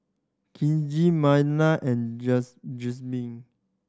Kizzy Maynard and Jereme